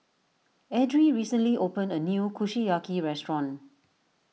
Edrie recently opened a new Kushiyaki restaurant